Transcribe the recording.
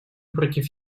против